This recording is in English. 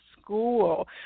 school